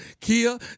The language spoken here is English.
Kia